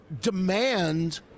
demand